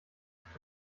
nicht